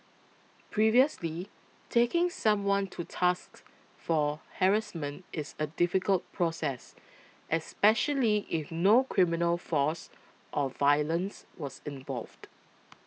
previously taking someone to tasks for harassment is a difficult process especially if no criminal force or violence was involved